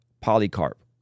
Polycarp